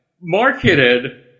marketed